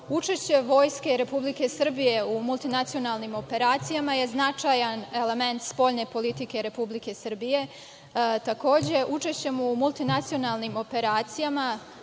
učešće Vojske Republike Srbije u multinacionalnim operacijama je značajan element spoljne politike Republike Srbije. Takođe, učešćem u multinacionalnim operacijama